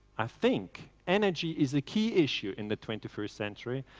i think energy is a key issue in the twenty first century.